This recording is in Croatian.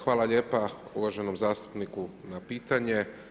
Hvala lijepa uvaženom zastupniku na pitanju.